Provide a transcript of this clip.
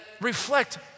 reflect